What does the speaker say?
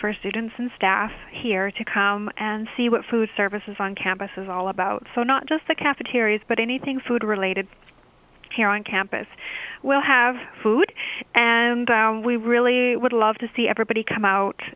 for students and staff here to come and see what food services on campus is all about so not just the cafeterias but anything food related here on campus will have food and we really would love to see everybody come out